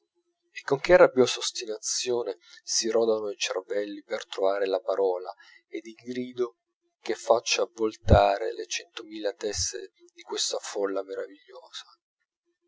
e con che rabbiosa ostinazione si rodano i cervelli per trovare la parola ed il grido che faccia voltare le centomila teste di questa folla meravigliosa